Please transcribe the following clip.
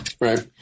Right